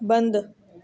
बंदि